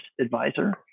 advisor